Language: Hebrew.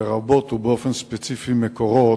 לרבות ובאופן ספציפי "מקורות":